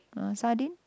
uh sardine